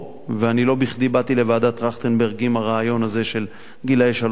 ואני לא בכדי באתי לוועדת-טרכטנברג עם הרעיון הזה של גילאי שלוש-ארבע,